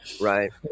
Right